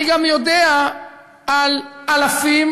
אני גם יודע על אלפים